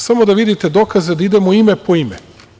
Samo da vidite dokaze, da idemo ime po ime.